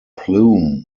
plume